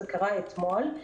וזה קרה אתמול.